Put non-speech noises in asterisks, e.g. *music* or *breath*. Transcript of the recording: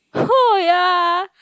oh *breath* yeah